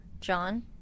John